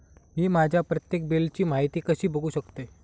मी माझ्या प्रत्येक बिलची माहिती कशी बघू शकतय?